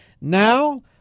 Now